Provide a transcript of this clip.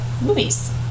movies